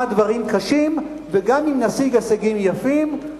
דברים קשים וגם אם נשיג הישגים יפים,